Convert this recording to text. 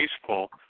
peaceful